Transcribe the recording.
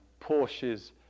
Porsches